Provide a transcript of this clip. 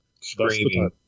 screaming